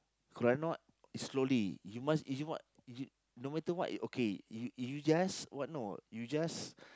could I not slowly you must you must you no matter what you okay you you just what no you just